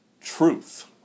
truth